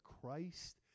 Christ